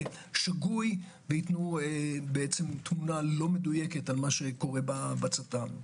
ייצאו באופן שגוי וייתנו תמונה לא מדויקת על מה שקורה בצט"ם.